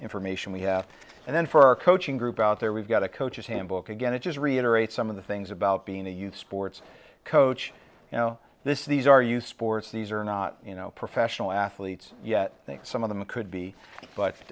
information we have and then for our coaching group out there we've got a coach's handbook again it just reiterate some of the things about being a youth sports coach you know this these are you sports these are not you know professional athletes yet some of them could be but